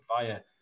via